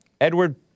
Edward